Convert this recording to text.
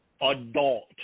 adult